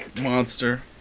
Monster